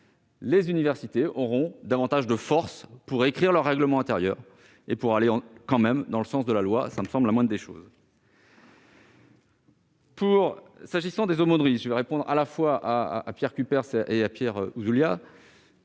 les universités auront davantage de force pour écrire leur règlement intérieur et pour aller dans le sens de la loi. Cela me semble être la moindre des choses. S'agissant des aumôneries- je réponds à la fois à Pierre Cuypers et à Pierre Ouzoulias